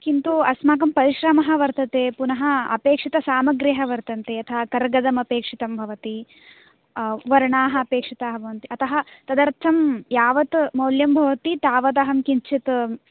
किन्तु अस्माकं परिश्रमः वर्तते पुनः अपेक्षितसामग्र्यः वर्तन्ते यथा कर्गदमपेक्षितं भवति वर्णाः अपेक्षिताः भवन्ति अतः तदर्थं यावत् मौल्यं भवति तावदहं किञ्चित्